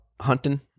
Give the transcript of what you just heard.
hunting